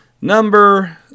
Number